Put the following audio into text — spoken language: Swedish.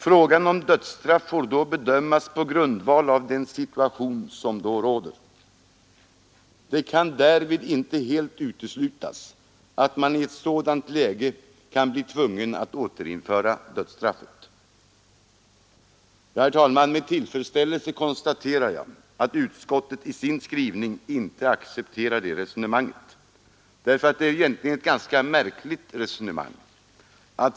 Frågan om dödsstraff får då bedömas på grundval av den situation som då råder. Det kan därvid inte helt uteslutas att man i ett sådant läge kan bli tvungen att återinföra dödsstraffet.” Med tillfredsställelse konstaterar jag att utskottet i sin skrivning inte accepterar detta resonemang. Det är nämligen ett ganska märkligt resonemang.